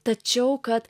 tačiau kad